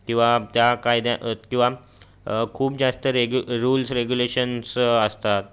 किंवा त्या कायद्या किंवा खूप जास्त रेगू रुल्स रेग्युलेशन्स असतात